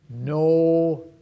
No